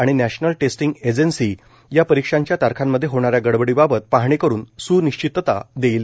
आणि national testing agency या परीक्षांच्या तारखांमध्ये होणाऱ्या गडबडीबाबत पाहणी करुन सुनिश्चितता देईल